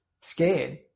scared